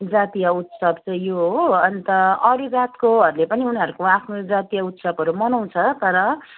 जातीय उत्सव चाहिँ यो हो अन्त अरू जातको हरूले पनि उनीहरूको आफ्नो जातीय उत्सवहरू मनाउँछ तर